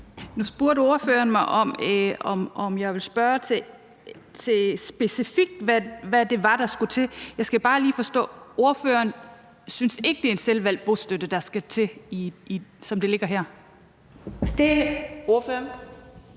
Nu spurgte ordføreren mig, hvad det specifikt var, der skulle til, og det skal jeg bare lige forstå. Ordføreren synes ikke, det er en selvvalgt bostøtte, der skal til, som det ligger her? Kl. 14:14 Fjerde